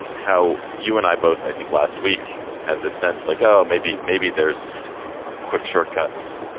how you and i both. i think last week had the sense like, oh, maybe, maybe there's quick shortcuts.